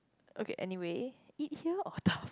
okay anyway eat here or dab~